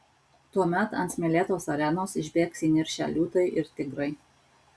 tuomet ant smėlėtos arenos išbėgs įniršę liūtai ir tigrai